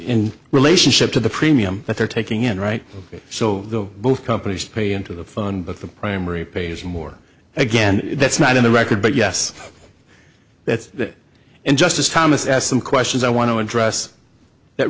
in relationship to the premium that they're taking in right so the both companies pay into the phone but the primary pays more again that's not in the record but yes that and justice thomas asked some questions i want to address that